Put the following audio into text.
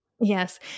Yes